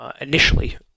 initially